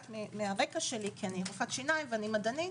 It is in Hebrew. מהרקע שלי, כי אני רופאת שיניים ומדענית,